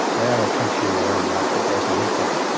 they are a country in their own right, that was an empire.